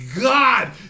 God